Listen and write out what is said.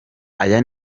aya